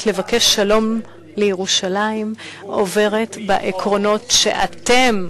לבקש שלום לירושלים עוברת בעקרונות שאתם,